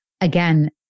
again